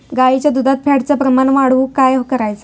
गाईच्या दुधात फॅटचा प्रमाण वाढवुक काय करायचा?